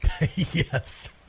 Yes